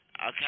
Okay